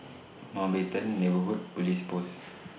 Mountbatten Neighbourhood Police Post